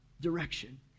direction